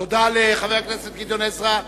תודה לחבר הכנסת גדעון עזרא.